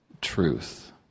truth